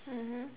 mmhmm